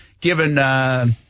given